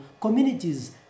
communities